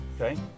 Okay